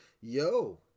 yo